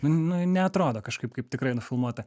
nu nu neatrodo kažkaip kaip tikrai nufilmuota